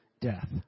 death